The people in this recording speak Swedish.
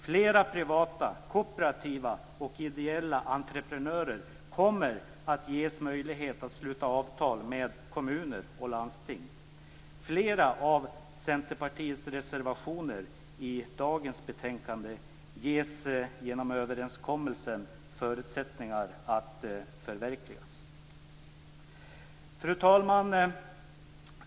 Flera privata, kooperativa och ideella entreprenörer kommer att ges möjlighet att sluta avtal med kommuner och landsting. Flera av Centerpartiets reservationer i dagens betänkande har genom överenskommelsen förutsättningar att förverkligas. Fru talman!